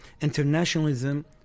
internationalism